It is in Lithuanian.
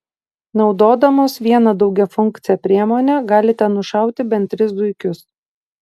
naudodamos vieną daugiafunkcę priemonę galite nušauti bent tris zuikius